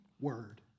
word